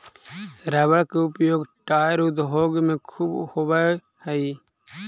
rubber के उपयोग tyre उद्योग में ख़ूब होवऽ हई